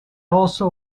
also